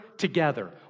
together